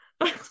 okay